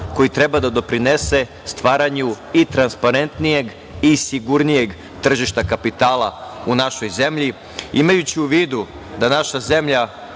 koji treba da doprinese stvaranju i transparentnijeg i sigurnijeg tržišta kapitala u našoj zemlji, imajući u vidu da naša zemlja